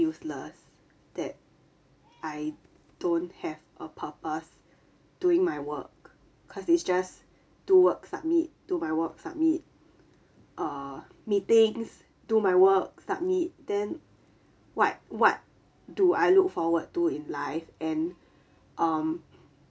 useless that I don't have a purpose doing my work because it's just do work submit do my work submit uh meetings do my work submit then what what do I look forward to in life and um